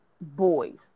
boys